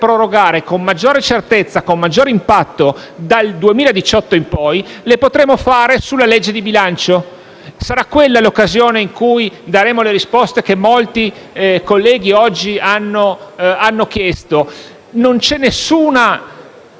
con maggiore certezza e con maggior impatto dal 2018 in poi), le potremo fare sulla legge di bilancio. Sarà quella l'occasione in cui daremo le risposte che molti colleghi oggi hanno chiesto. Non c'è nessuna